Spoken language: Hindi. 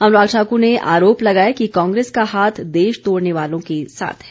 अनुराग ठाकुर ने आरोप लगाया कि कांग्रेस का हाथ देश तोड़ने वालों के साथ है